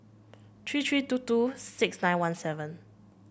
three three two two six nine one seven